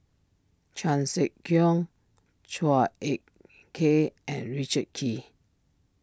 Chan Sek Keong Chua Ek Kay and Richard Kee